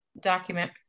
document